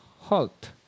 halt